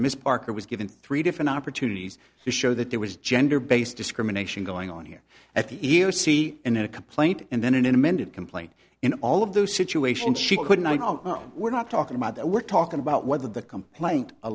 miss parker was given three different opportunities to show that there was gender based discrimination going on here at the e e o c in a complaint and then in an amended complaint in all of those situations she couldn't i don't know we're not talking about that we're talking about whether the complaint a